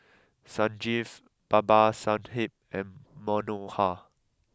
Sanjeev Babasaheb and Manohar